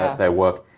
ah their work.